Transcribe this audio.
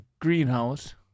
greenhouse